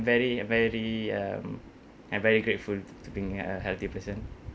very very um I'm very grateful to being a healthy person